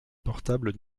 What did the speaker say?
portables